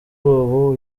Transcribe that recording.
ubu